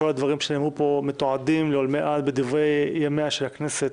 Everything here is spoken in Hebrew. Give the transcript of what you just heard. כל הדברים שנאמרו פה מתועדים לעולמי עד בדברי ימיה של הכנסת.